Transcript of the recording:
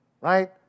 right